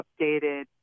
updated